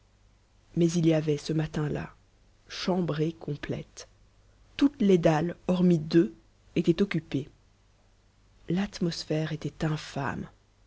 mais il y avait ce matin-là chambrée complète toutes les dalles hormis deux étaient occupées l'atmosphère était infâme